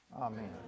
Amen